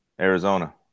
Arizona